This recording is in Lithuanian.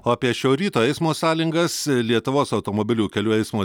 o apie šio ryto eismo sąlyngas lietuvos automobilių kelių eismo